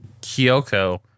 Kyoko